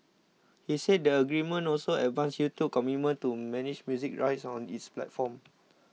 he said the agreement also advanced YouTube's commitment to manage music rights on its platform